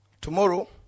Tomorrow